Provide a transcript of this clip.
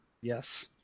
Yes